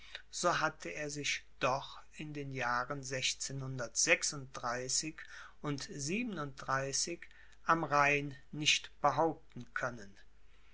so hatte er sich doch in den jahren und am rhein nicht behaupten können